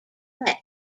met